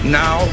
now